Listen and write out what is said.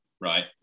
right